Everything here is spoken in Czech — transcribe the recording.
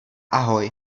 ahoj